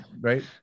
right